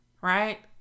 right